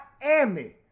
Miami